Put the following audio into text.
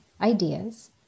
ideas